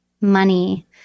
money